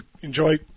enjoy